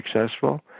successful